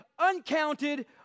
uncounted